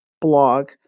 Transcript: blog